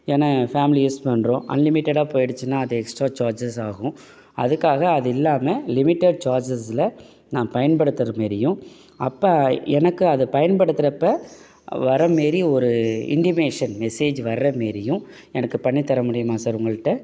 ஏன்னா family use பண்ணுறோம் அன்லிமிட்டடாக போய்டுச்சுன்னா அது எக்ஸ்ட்ரா சார்ஜஸ் ஆகும் அதுக்காக அது இல்லாமல் லிமிட்டெட் சார்ஜ்ஜஸில் நான் பயன்படுத்துகிற மாரியும் அப்போ எனக்கு அதை பயன்படுத்துறப்போ வர்ற மாரி ஒரு இண்டிமேஷன் மெசேஜ் வர்ற மாரியும் எனக்குப் பண்ணித்தர முடியுமா சார் உங்கள்கிட்ட